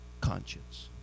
conscience